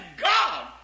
God